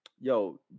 yo